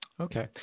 Okay